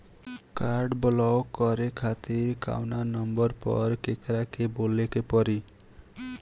Card block करे खातिर कवना नंबर पर केकरा के बोले के परी?